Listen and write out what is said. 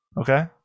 Okay